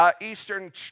Eastern